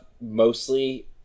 mostly